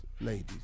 ladies